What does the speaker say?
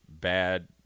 bad